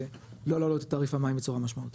ולא להעלות את תעריף המים בצורה משמעותית.